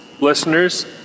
listeners